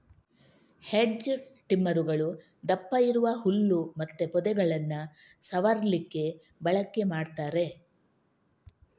hedge ಟ್ರಿಮ್ಮರುಗಳು ದಪ್ಪ ಇರುವ ಹುಲ್ಲು ಮತ್ತೆ ಪೊದೆಗಳನ್ನ ಸವರ್ಲಿಕ್ಕೆ ಬಳಕೆ ಮಾಡ್ತಾರೆ